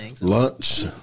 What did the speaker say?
lunch